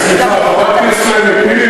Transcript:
חברת הכנסת לוי,